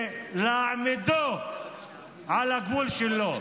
ולהעמידו על הגבול שלו.